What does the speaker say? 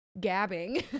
gabbing